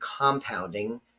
compounding